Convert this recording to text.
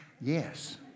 Yes